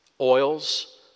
oils